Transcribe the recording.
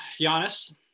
Giannis